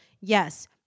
Yes